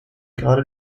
gerade